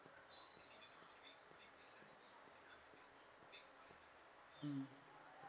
mm